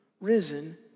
risen